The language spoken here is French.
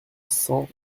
cent